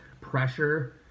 pressure